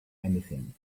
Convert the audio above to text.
anything